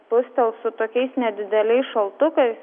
spustels su tokiais nedideliais šaltukais